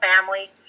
family